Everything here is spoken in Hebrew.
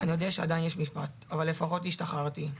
אני יודע שעדיין יש משפט, אבל לפחות השתחררתי.